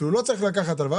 אפילו לא צריך לקחת הלוואה,